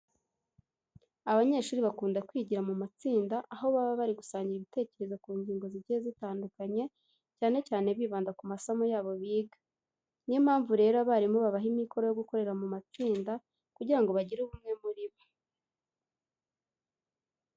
Iyo abanyeshuri bakunda kwigira mu matsinda aho baba bari gusangira ibitekerezo ku ngingo zigiye zitandukanye, cyane cyane bibanda ku masomo yabo biga. Ni yo mpamvu rero abarimu babaha imikoro yo gukorera mu matsinda kugira ngo bagire ubumwe muri bo.